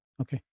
Okay